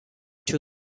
two